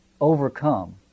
overcome